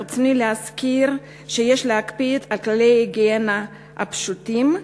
ברצוני להזכיר שיש להקפיד על כללי ההיגיינה הפשוטים,